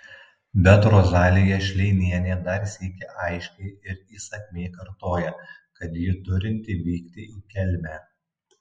bet rozalija šleinienė dar sykį aiškiai ir įsakmiai kartoja kad ji turinti vykti į kelmę